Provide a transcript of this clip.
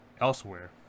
elsewhere